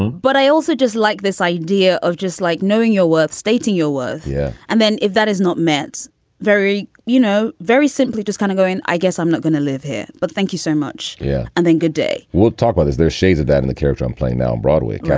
but i also just like this idea of just like knowing your worth stating your was yeah. and then if that is not meant very you know, very simply just kind of go in. i guess i'm not going to live here. but thank you so much. yeah. and then good day we'll talk about is there shades of that in the character i'm playing now. broadway. yeah